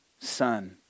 son